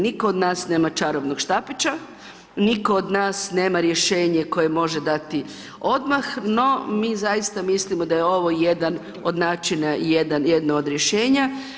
Nitko od nas nema čarobnog štapića, nitko od nas nema rješenje koje može dati odmah, no mi zaista mislimo da je jedan od načina, jedno od rješenja.